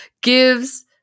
gives